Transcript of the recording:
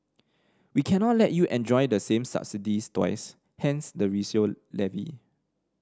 we cannot let you enjoy the same subsidies twice hence the resale levy